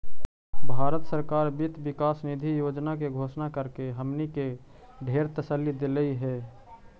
भारत सरकार वित्त विकास निधि योजना के घोषणा करके हमनी के ढेर तसल्ली देलई हे